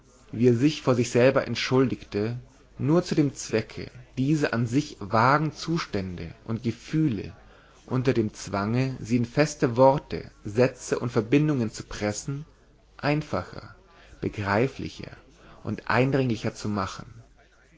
wie er sich vor sich selber entschuldigte nur zu dem zwecke diese an sich vagen zustände und gefühle unter dem zwange sie in feste worte sätze und verbindungen zu pressen einfacher begreiflicher und eindringlicher zu machen